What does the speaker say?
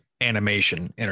animation